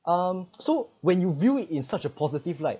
um so when you view in such a positive like